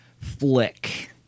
flick